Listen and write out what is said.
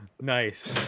Nice